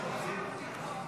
גם הסתייגות זו לא התקבלה.